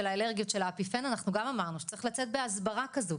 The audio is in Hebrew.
האלרגיות של הפיפן אנחנו גם אמרנו שמריך לצאת בהסבר כזאת,